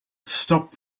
stop